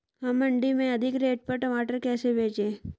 हम मंडी में अधिक रेट पर टमाटर कैसे बेचें?